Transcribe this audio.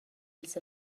ils